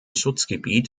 schutzgebiet